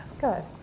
Good